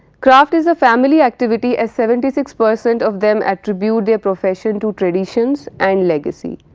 craft is a family activity as seventy six percent of them attribute their profession to traditions and legacy.